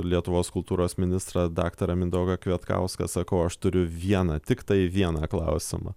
lietuvos kultūros ministrą daktarą mindaugą kvietkauską sakau aš turiu vieną tiktai vieną klausimą